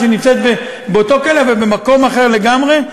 שנמצאת באותו כלא אבל במקום אחר לגמרי,